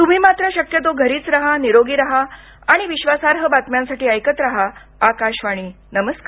तूम्ही मात्र शक्यतो घरीच रहा निरोगी रहा आणि विश्वासार्ह ऐकत रहा आकाशवाणी नमस्कार